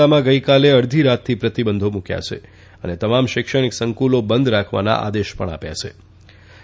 લ્લામાં ગઈકાલે અડધી રાતથી પ્રતિબંધો મૂક્યાં છે અને તમામ શૈક્ષણિક સંકુલો બંધ રાખવાના આદેશ આપ્યા છેઆજે યોજાનારી